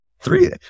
three